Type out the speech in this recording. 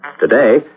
Today